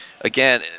Again